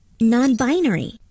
Non-binary